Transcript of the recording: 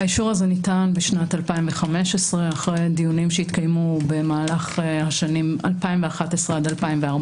האישור ניתן ב-2015 אחרי דיונים שהתקיימו במהלך השנים 2011 עד 2014,